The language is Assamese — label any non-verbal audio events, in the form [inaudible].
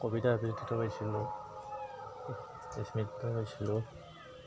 কবিতা আবৃত্তিটো পাইছিলোঁ [unintelligible] পাইছিলোঁ